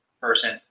person